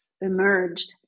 emerged